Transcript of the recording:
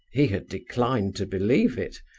he had declined to believe it,